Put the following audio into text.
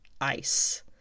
Ice